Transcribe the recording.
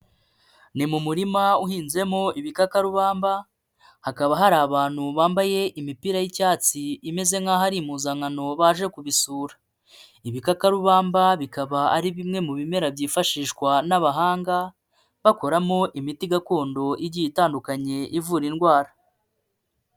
Ni mu murima uhinzemo ibikakarubamba, hakaba hari abantu bambaye imipira y'icyatsi imeze nk'aho ari impuzankano baje kubisura, ibikakarubamba bikaba ari bimwe mu bimera byifashishwa n'abahanga, bakoramo imiti gakondo igiye itandukanye ivura indwara.